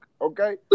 okay